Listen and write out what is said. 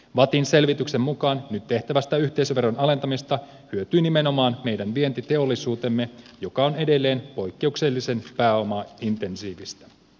vattin selvityksen mukaan nyt tehtävästä yhteisöveron alentamisesta hyötyy nimenomaan meidän vientiteollisuutemme joka on edelleen poikkeuksellisen pääomaintensiivistä